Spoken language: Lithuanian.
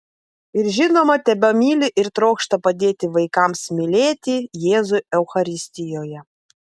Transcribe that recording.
ir žinoma tebemyli ir trokšta padėti vaikams mylėti jėzų eucharistijoje